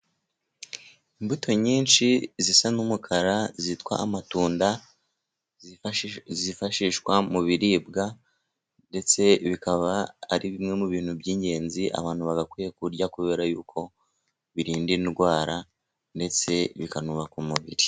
Imbuto nyinshi zisa n'umukara, zitwa amatunda, zifashishwa mu biribwa, ndetse bikaba ari bimwe mu bintu by'ingenzi abantu bagakwiye kurya, kubera yuko birinda indwara, ndetse bikanubaka umubiri.